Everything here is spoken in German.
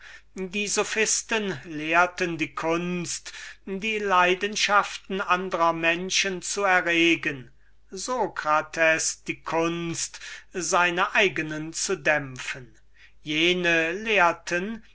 die sophisten lehrten die kunst die leidenschaften andrer menschen zu erregen socrates die kunst seine eigene zu dämpfen jene lehrten